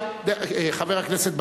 חבר הכנסת בר-און,